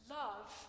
love